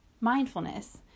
mindfulness